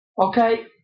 okay